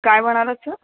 काय म्हणालात स